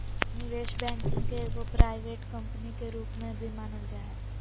निवेश बैंकिंग के एगो प्राइवेट कम्पनी के रूप में भी मानल जा हय